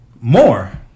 more